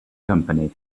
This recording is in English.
company